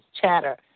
chatter